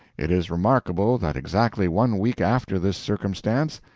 it is remarkable that exactly one week after this circumstance,